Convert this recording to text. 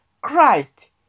Christ